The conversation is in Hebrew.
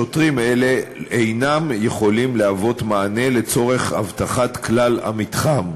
שוטרים אלה אינם יכולים להוות מענה לצורך אבטחת כלל המתחם.